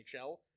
NHL